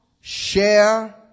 share